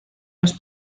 los